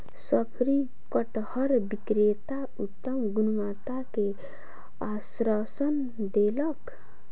शफरी कटहर विक्रेता उत्तम गुणवत्ता के आश्वासन देलक